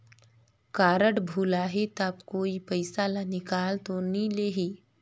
Card भुलाही ता कोई पईसा ला निकाल तो नि लेही?